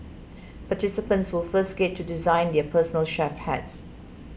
participants will first get to design their personal chef hats